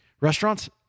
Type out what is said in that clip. restaurants